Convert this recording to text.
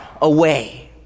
away